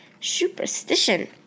superstition